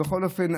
בכל אופן,